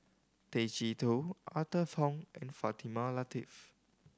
Tay Chee Toh Arthur Fong and Fatimah Lateef